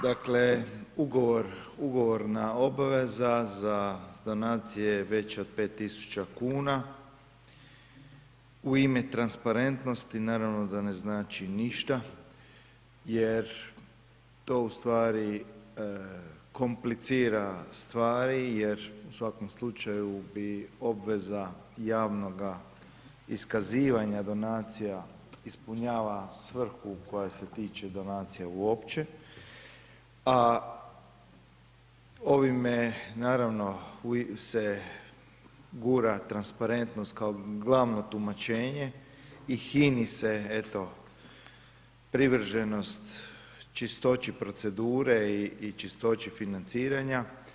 Dakle, ugovorna obveza za donacije veće od 5000 kn u ime transparentnosti, naravno da nam ne znači ništa, jer to ustvari komplicira stvari, jer u svakom slučaju obveza javnoga iskazivanja donacija, ispunjava svrhu koja se tiče donacija uopće, a ovime naravno, uvijek se gura transparentnost kao glavno tumačenje i hini se eto, privrženost, čistoći procedure i čistoći financiranja.